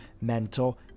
mental